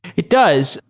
it does.